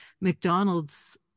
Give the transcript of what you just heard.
McDonald's